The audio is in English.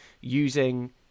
using